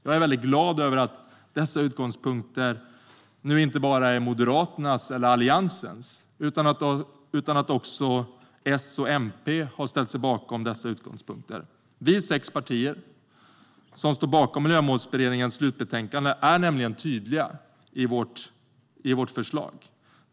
Jag är glad över att dessa utgångspunkter nu inte bara är Moderaternas eller Alliansens utan att även S och MP har ställt sig bakom dessa utgångspunkter. Vi sex partier som står bakom Miljömålsberedningens slutbetänkande är nämligen tydliga i vårt förslag.